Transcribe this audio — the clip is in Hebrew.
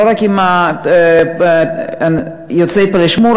לא רק עם יוצאי הפלאשמורה,